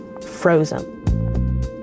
frozen